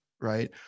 right